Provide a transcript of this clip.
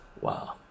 wow